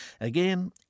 Again